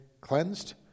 cleansed